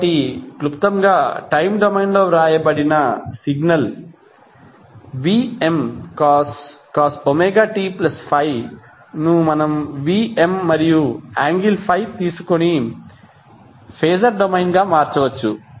కాబట్టి క్లుప్తంగా టైమ్ డొమైన్లో వ్రాయబడిన సిగ్నల్ Vmcos ωt∅ ను Vm మరియు యాంగిల్ ∅ తీసుకొని ఫేజర్ డొమైన్గా మార్చవచ్చు